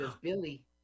Billy